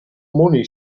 money